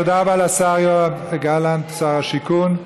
תודה רבה לשר יואב גלנט, שר השיכון.